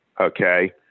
Okay